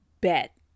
bet